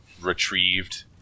retrieved